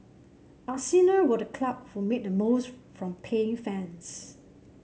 Arsenal were the club who made the most from paying fans